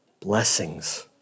blessings